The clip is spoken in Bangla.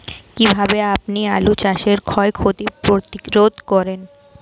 কীভাবে আপনি আলু চাষের ক্ষয় ক্ষতি প্রতিরোধ করেন?